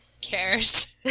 cares